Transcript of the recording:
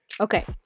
Okay